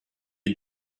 had